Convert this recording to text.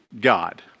God